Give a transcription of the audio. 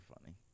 funny